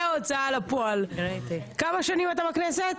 ההוצאה לפועל - כמה שנים אתה בכנסת?